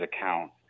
account